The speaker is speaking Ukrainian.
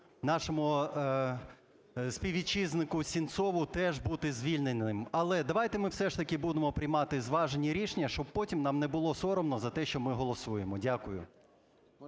нашому співвітчизнику Сенцову – теж бути звільненим. Але давайте ми все ж таки будемо приймати зважені рішення, щоб потім нам не було соромно за те, що ми голосуємо. Дякую.